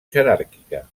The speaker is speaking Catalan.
jeràrquica